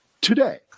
Today